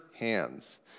hands